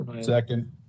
Second